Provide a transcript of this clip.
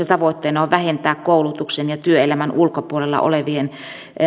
tavoitteena on vähentää koulutuksen ja työelämän ulkopuolella olevien